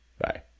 Bye